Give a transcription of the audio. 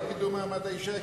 לקידום מעמד האשה,